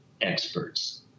experts